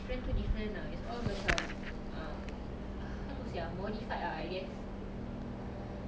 then do you prefer her lama [one] or sekarang [one]